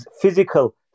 physical